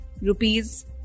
Rupees